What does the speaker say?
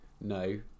no